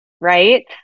right